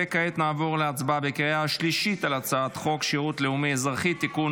וכעת נעבור להצבעה בקריאה שלישית על הצעת חוק הכנסת (תיקון